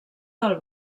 del